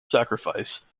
sacrifice